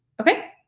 okay,